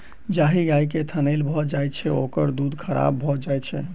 जाहि गाय के थनैल भ जाइत छै, ओकर दूध खराब भ जाइत छै